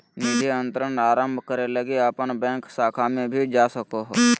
निधि अंतरण आरंभ करे लगी अपन बैंक शाखा में भी जा सको हो